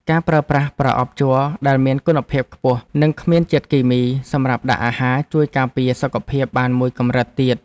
ការប្រើប្រាស់ប្រអប់ជ័រដែលមានគុណភាពខ្ពស់និងគ្មានជាតិគីមីសម្រាប់ដាក់អាហារ ជួយការពារសុខភាពបានមួយកម្រិតទៀត។